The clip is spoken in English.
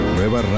Nueva